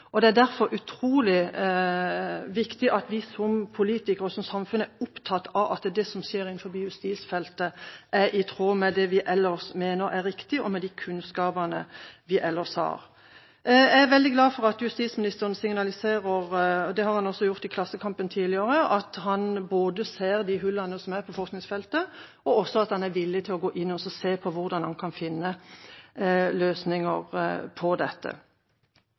og som samfunn er opptatt av at det som skjer innen justisfeltet, er i tråd med det vi ellers mener er riktig, og med de kunnskapene vi ellers har. Jeg er veldig glad for at justisministeren signaliserer – det har han også gjort i Klassekampen tidligere – at han både ser de hullene som er på forskningsfeltet, og er villig til å gå inn og se på hvordan han kan finne løsninger på dette.